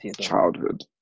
childhood